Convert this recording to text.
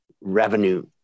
revenue